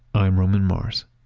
i'm roman mars